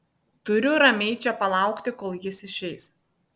turiu ramiai čia palaukti kol jis išeis